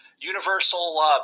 Universal